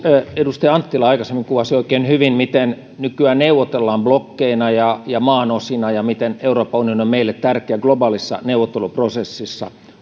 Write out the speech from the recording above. edustaja anttila aikaisemmin kuvasi oikein hyvin miten nykyään neuvotellaan blokkeina ja ja maanosina ja miten euroopan unioni on meille tärkeä globaalissa neuvotteluprosessissa